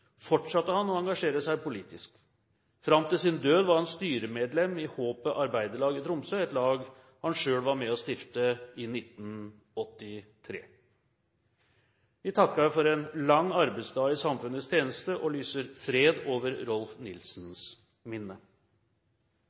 fortsatte han å engasjere seg politisk. Fram til sin død var han styremedlem i Håpet Arbeiderlag i Tromsø, et lag han selv var med på å stifte i 1983. Vi takker for en lang arbeidsdag i samfunnets tjeneste og lyser fred over Rolf Nilssens minne.